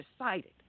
decided